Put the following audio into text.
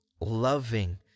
loving